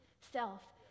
self